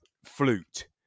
flute